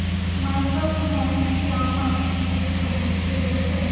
Microfinance কি আমায় একটু বুঝিয়ে বলবেন?